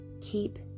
keep